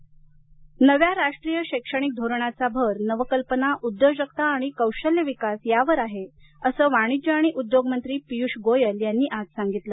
शैक्षणिक धोरण गोयल नव्या राष्ट्रीय शैक्षणिक धोरणाचा भर नवकल्पना उद्योजकता आणि कौशल्य विकास यावर आहे असं वाणिज्य आणिउद्योग मंत्री पीयूष गोयल यांनी आज सांगितलं